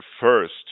first